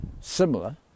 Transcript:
similar